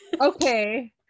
okay